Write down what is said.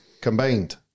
combined